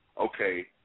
okay